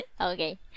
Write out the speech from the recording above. Okay